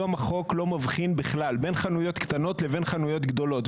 היום החוק לא מבחין בכלל בין חנויות קטנות לבין חנויות גדולות,